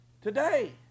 Today